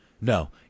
no